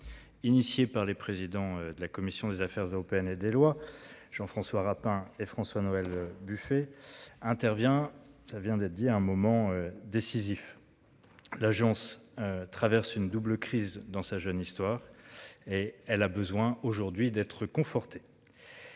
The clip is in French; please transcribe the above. Initiée par les présidents de la commission des affaires européennes et des lois. Jean-François Rapin et François-Noël Buffet intervient. Ça vient d'être dit à un moment décisif. L'Agence. Traverse une double crise dans sa jeune histoire. Et elle a besoin aujourd'hui d'être conforté.